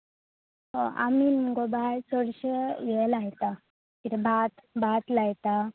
आमी मगो बाय चडशे हें लायता कितें भात भात लायता